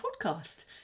podcast